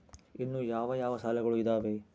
ಇನ್ನು ಯಾವ ಯಾವ ಸಾಲಗಳು ಇದಾವೆ?